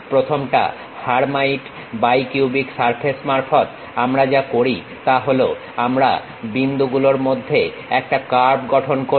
প্রথমটা Hermite bicubic surface মারফত আমরা যা করি তা হলো আমরা বিন্দু গুলোর মধ্যে একটা কার্ভ গঠন করি